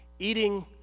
Eating